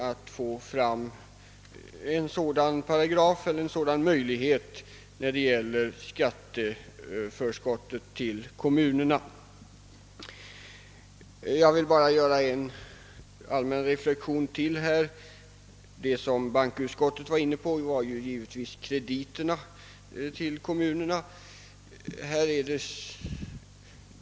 Det vore mycket bra, om en liknande bestämmelse Jag vill bara göra ytterligare en allmän reflexion i detta sammanhang. Det som bankoutskottet var inne på gällde givetvis krediterna till kommunerna.